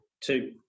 two